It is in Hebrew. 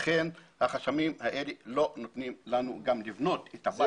לכן החסמים האלה לא נותנים לנו גם לבנות את הבית.